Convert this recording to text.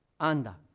Anda